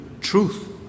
truth